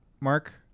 Mark